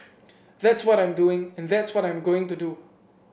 that's what I'm doing and that's what I'm going to do